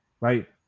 right